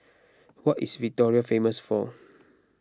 what is Victoria famous for